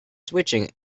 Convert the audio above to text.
switching